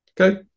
Okay